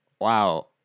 Wow